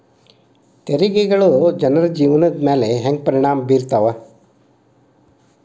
ತೆರಿಗೆಗಳ ಜನರ ಜೇವನದ ಮ್ಯಾಲೆ ಹೆಂಗ ಪರಿಣಾಮ ಬೇರ್ತವ